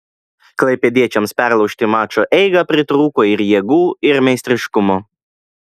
klaipėdiečiams perlaužti mačo eigą pritrūko ir jėgų ir meistriškumo